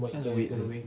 that's big though